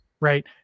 right